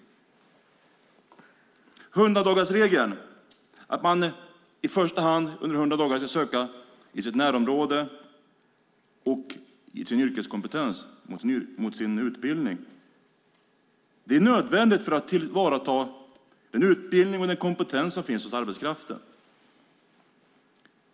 100-dagarsregeln innebär att man i första hand under 100 dagar ska söka i sitt närområde och inom sin yrkeskompetens och utbildning. Det är nödvändigt för att tillvarata den utbildning och den kompetens som finns hos arbetskraften.